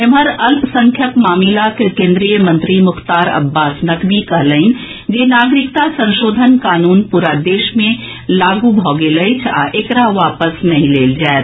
एम्हर अल्पसंख्यक मामिलाक केन्द्रीय मंत्री मुख्तार अब्बास नकवी कहलनि जे नागरिकता संशोधन कानून पूरा देश मे लागू भऽ गेल अछि आ एकरा वापस नहि लेल जायत